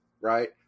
Right